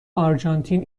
آرژانتین